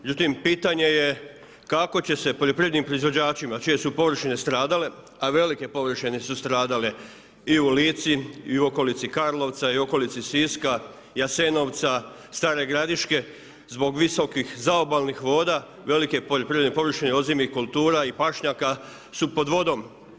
Međutim, pitanje je kako će se poljoprivrednim proizvođačima, čije su površine stradale, a velike površine su stradale i u Lici i u okolici Karlovca i okolici Siska, Jasenovca, Stare Gradiške, zbog visokih zaobalnih voda, velike poljoprivredne površina, ozimnih kultura i pašnjaka su pod vodom.